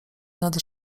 nad